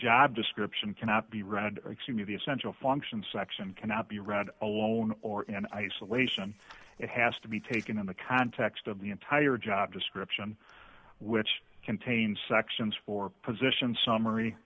job description cannot be read see the essential function section cannot be read alone or in isolation it has to be taken in the context of the entire job description which contains sections for position summary